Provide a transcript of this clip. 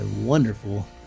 wonderful